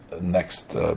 next